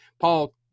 paul